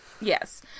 Yes